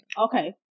Okay